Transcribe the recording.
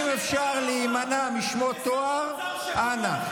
אם אפשר להימנע משמות תואר, אנא.